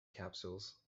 capsules